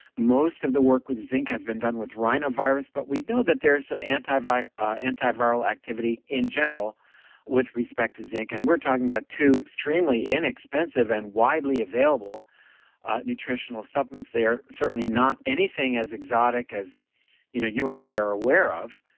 most of the work with zinc has been done with rhinovirus, but we know that there are some antiviral ah antiviral activity in general with respect to zinc and we're talking about two extremely inexpensive and widely available nutritional supplements. they are certainly not anything as exotic as you know you and i are aware of,